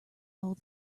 all